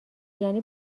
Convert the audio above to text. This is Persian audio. یعنی